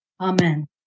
Amen